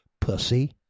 Pussy